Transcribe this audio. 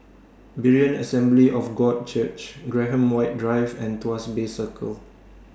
Berean Assembly of God Church Graham White Drive and Tuas Bay Circle